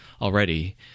already